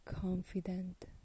confident